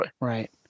Right